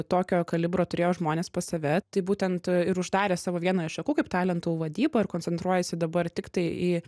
tokio kalibro turėjo žmones pas save tai būtent ir uždarė savo vieną iš šakų kaip talentų vadybą ir koncentruojasi dabar tiktai į